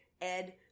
Ed